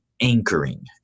anchoring